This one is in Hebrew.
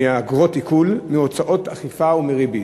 מאגרות עיקול, מהוצאות אכיפה ומריבית?